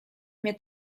mnie